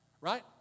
right